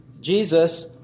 Jesus